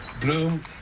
Bloom